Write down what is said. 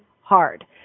hard